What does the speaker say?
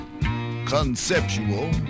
conceptual